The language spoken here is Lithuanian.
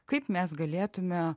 kaip mes galėtume